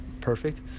perfect